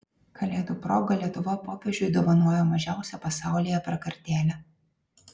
kalėdų proga lietuva popiežiui dovanojo mažiausią pasaulyje prakartėlę